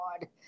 God